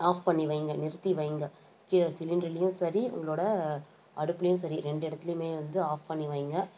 of பண்ணி வைங்க நிறுத்தி வைங்க கீழே சிலிண்டர்லேயும் சரி உங்களோடய அடுப்புலையும் சரி ரெண்டு இடத்துலையுமே வந்து ஆஃப் பண்ணி வைங்க